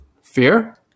fear